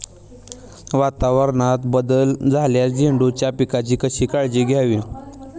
वातावरणात बदल झाल्यास झेंडूच्या पिकाची कशी काळजी घ्यावी?